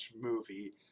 movie